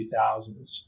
2000s